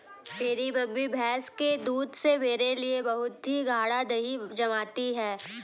मेरी मम्मी भैंस के दूध से मेरे लिए बहुत ही गाड़ा दही जमाती है